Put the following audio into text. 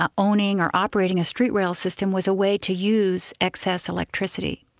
ah owning or operating a street rail system was a way to use excess electricity.